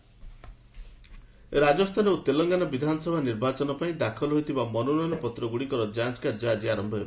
Rajasthan Telangana security Rajasthan ଓ ତେଲଙ୍ଗାନା ବିଧାନସଭା ନିର୍ବାଚନ ପାଇଁ ଦାଖଲ ହୋଇଥିବା ମନୋନୟନପତ୍ର ଗୁଡ଼ିକର ଯାଞ୍ଚ କାର୍ଯ୍ୟ ଆଜି ଆରମ୍ଭ ହେବ